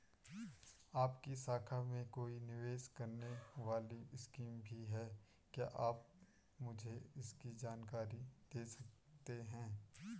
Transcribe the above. आपकी शाखा में कोई निवेश करने वाली स्कीम भी है क्या आप मुझे इसकी जानकारी दें सकते हैं?